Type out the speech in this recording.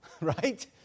right